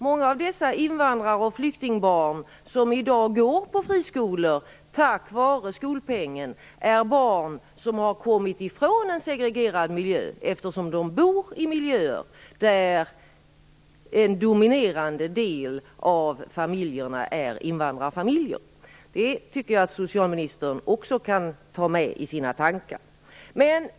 Många av de invandrar och flyktingbarn som i dag går i friskolor tack vare skolpengen har kommit bort från en segregerad miljö, eftersom de bor i miljöer där en dominerande del av familjerna är invandrarfamiljer. Det tycker jag att socialministern också kan ta med i sina tankar.